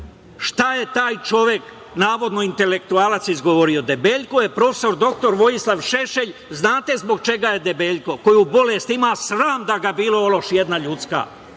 šta je taj čovek, navodno intelektualac, izgovorio. Debeljko je prof. dr Vojislav Šešelj. Znate zbog čega je debeljko? Koju bolest ima? Sram da ga bilo, ološ jedna ljudska.